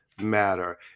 matter